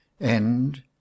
End